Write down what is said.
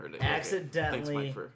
accidentally